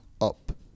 up